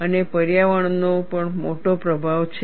અને પર્યાવરણ નો પણ મોટો પ્રભાવ છે